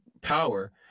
power